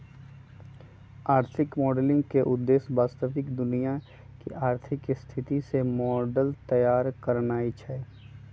आर्थिक मॉडलिंग के उद्देश्य वास्तविक दुनिया के आर्थिक स्थिति के मॉडल तइयार करनाइ हइ